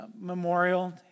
memorial